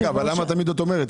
רגע, אבל למה תמיד את אומרת?